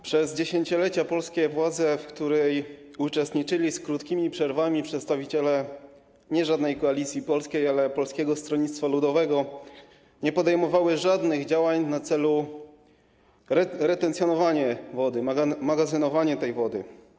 Przez dziesięciolecia polskie władze, w skład których wchodzili z krótkimi przerwami przedstawiciele nie żadnej Koalicji Polskiej, ale Polskiego Stronnictwa Ludowego, nie podejmowały żadnych działań w celu retencjonowania wody, magazynowania tej wody.